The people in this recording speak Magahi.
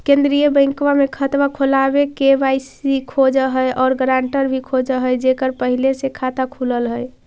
केंद्रीय बैंकवा मे खतवा खोलावे मे के.वाई.सी खोज है और ग्रांटर भी खोज है जेकर पहले से खाता खुलल है?